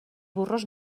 burros